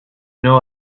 know